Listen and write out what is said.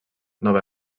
nova